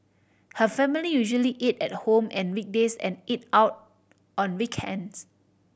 her family usually eat at home on weekdays and eat out on weekends